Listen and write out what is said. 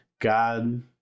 God